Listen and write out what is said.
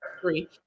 three